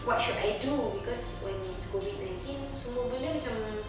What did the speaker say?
what should I do because when it's COVID nineteen semua benda macam